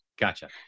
Gotcha